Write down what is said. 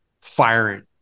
firing